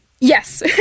Yes